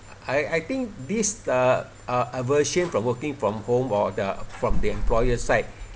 I I think this uh uh aversion from working from home or the from the employer side